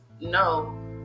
No